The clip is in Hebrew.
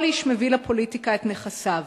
כל איש מביא לפוליטיקה את נכסיו.